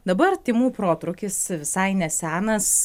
dabar tymų protrūkis visai nesenas